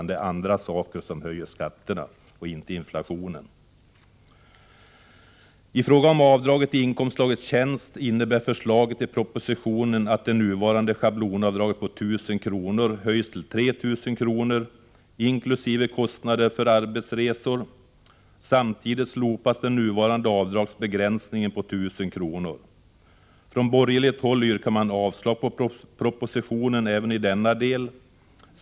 Det är andra saker som höjer skatterna, inte inflationen. Från borgerligt håll yrkar man avslag på propositionen även i denna del.